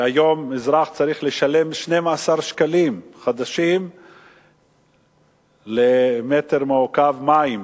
שהיום אזרח צריך לשלם 12 שקלים חדשים למטר מעוקב מים,